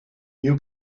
you